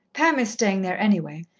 pam is staying there anyway,